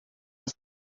have